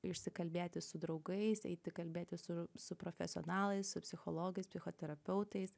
išsikalbėti su draugais eiti kalbėtis su su profesionalais su psichologais psichoterapeutais